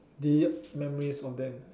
delete memories from them